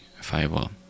Firewall